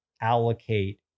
allocate